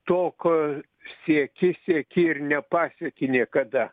to ko sieki sieki ir nepasieki niekada